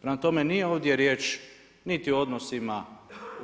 Prema tome nije ovdje riječ niti o odnosima